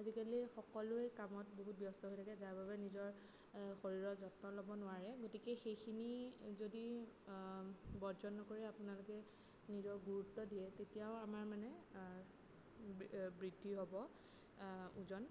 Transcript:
আজিকালি সকলোৱে কামত বহুত ব্যস্ত হৈ থাকে যাৰ বাবে নিজৰ শৰীৰৰ যত্ন ল'ব নোৱাৰে গতিকে সেইখিনি যদি বৰ্জন নকৰি আপোনালোকে নিজৰ গুৰুত্ব দিয়ে তেতিয়াও আমাৰ মানে বৃদ্ধি হ'ব ওজন